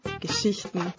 Geschichten